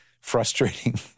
frustrating